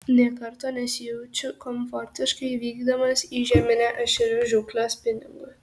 nė karto nesijaučiu komfortiškai vykdamas į žieminę ešerių žūklę spiningu